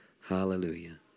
Hallelujah